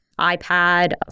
iPad